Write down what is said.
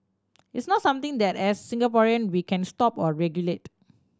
it's not something that as Singaporean we can stop or regulate